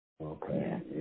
Okay